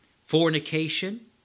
Fornication